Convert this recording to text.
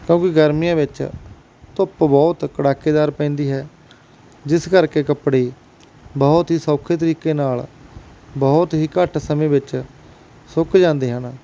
ਕਿਉਂਕਿ ਗਰਮੀਆਂ ਵਿੱਚ ਧੁੱਪ ਬਹੁਤ ਕੜਾਕੇਦਾਰ ਪੈਂਦੀ ਹੈ ਜਿਸ ਕਰਕੇ ਕੱਪੜੇ ਬਹੁਤ ਹੀ ਸੌਖੇ ਤਰੀਕੇ ਨਾਲ ਬਹੁਤ ਹੀ ਘੱਟ ਸਮੇਂ ਵਿੱਚ ਸੁੱਕ ਜਾਂਦੇ ਹਨ